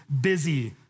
busy